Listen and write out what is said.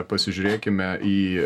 pasižiūrėkime į